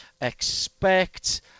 expect